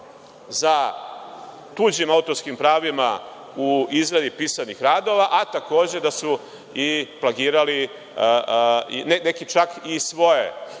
za tuđim autorskim pravima u izradi pisanih radova, a takođe da su i plagirali, neki čak i svoje